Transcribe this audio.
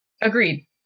Agreed